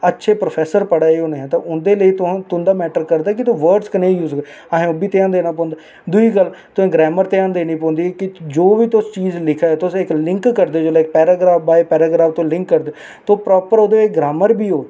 अच्छे प्रोफैसर पढ़ा दे होने ते उं'दे लेई तुं'दा मैट्टर करदा कि तुसें वर्डस कनेह् यूज करदे ओ असें ओह् बी ध्यान देना पौंदा दूई गल्ल तुसें ग्रैमर ध्यान देनी पौंदी कि जो बी तुस चीज लिखा दे ओ इक तुस लिंक करदे ओ जेल्लै पैराग्राफ बाय पैराग्राफ तुस लिंक करदे ते ओह् प्रापर ओह्दे च ग्रामर बी होग